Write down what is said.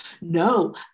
no